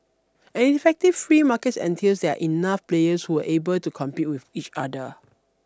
an effective free market entails that enough players who will able to compete with each other